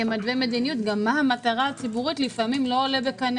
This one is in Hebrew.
כמתווה מדיניות מה המטרה הציבורית לפעמים לא עולה בקנה